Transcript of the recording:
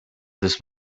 this